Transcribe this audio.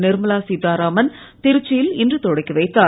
நிர்மலா சீதாராமன் திருச்சியில் இன்று தொடக்கிவைத்தார்